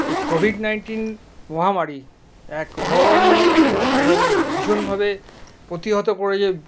এই covid nineteen মহামারী এক অভাবনীয় এবং ভীষণভাবে প্রতিহত করে